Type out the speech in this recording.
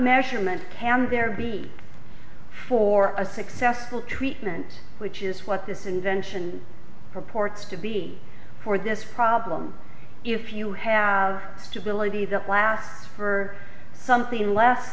measurement tand there be for a successful treatment which is what this invention purports to be for this problem if you have to believe that last for something less